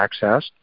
accessed